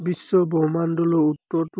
বিশ্বব্ৰহ্মাণ্ডলৈ উত্তৰটো